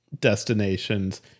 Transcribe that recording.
destinations